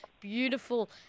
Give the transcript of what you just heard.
Beautiful